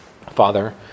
Father